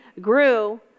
grew